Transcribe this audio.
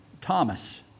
Thomas